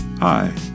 Hi